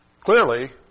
Clearly